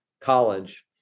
College